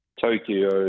tokyo